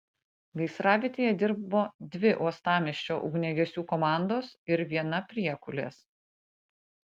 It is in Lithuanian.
gaisravietėje dirbo dvi uostamiesčio ugniagesių komandos ir viena priekulės